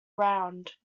around